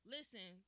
Listen